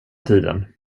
tiden